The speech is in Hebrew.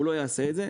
הוא לא יעשה את זה.